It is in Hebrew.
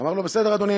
אמר לו: בסדר, אדוני.